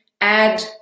add